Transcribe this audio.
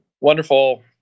wonderful